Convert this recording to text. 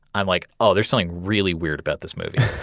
i'm like, oh, there's something really weird about this movie.